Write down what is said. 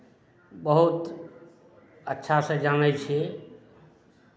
बहुत अच्छासँ जानै छियै